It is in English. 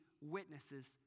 witnesses